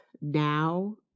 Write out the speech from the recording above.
now